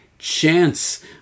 chance